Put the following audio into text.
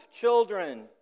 children